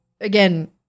again